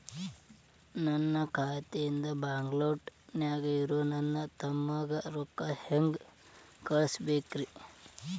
ನನ್ನ ಖಾತೆಯಿಂದ ಬಾಗಲ್ಕೋಟ್ ನ್ಯಾಗ್ ಇರೋ ನನ್ನ ತಮ್ಮಗ ರೊಕ್ಕ ಹೆಂಗ್ ಕಳಸಬೇಕ್ರಿ?